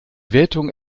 wertung